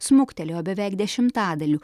smuktelėjo beveik dešimtadaliu